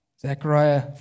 Zechariah